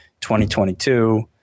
2022